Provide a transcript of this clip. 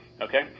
okay